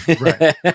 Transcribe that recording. Right